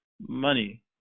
money